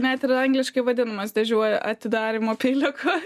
net ir angliškai vadinamas didžiuoju atidarymo peiliuku